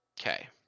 Okay